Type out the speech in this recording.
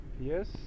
Yes